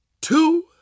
two